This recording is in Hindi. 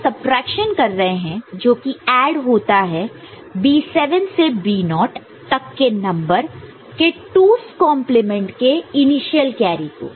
जब हम सबट्रैक्शन कर रहे हैं जोकि ऐड होता B7 से B0 नॉट naught तक के नंबर के 2's कंप्लीमेंट 2's complement के इनिशियल कैरी को